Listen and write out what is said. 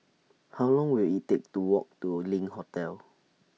How Long Will IT Take to Walk to LINK Hotel